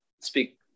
speak